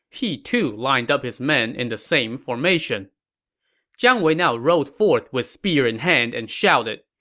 he, too, lined up his men in the same formation jiang wei now rode forth with spear in hand and shouted,